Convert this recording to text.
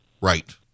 Right